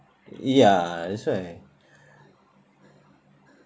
ya that's why